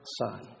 son